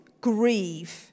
grieve